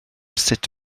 sut